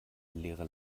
leere